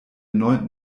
neunten